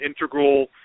integral